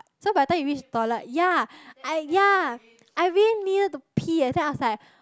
so by the time you reach toilet ya I ya I really needed to pee eh so I was like